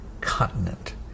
continent